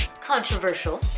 controversial